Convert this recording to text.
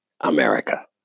America